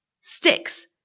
sticks